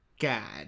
God